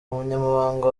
umunyamabanga